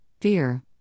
fear